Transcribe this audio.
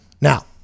Now